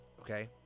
Okay